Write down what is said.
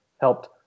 helped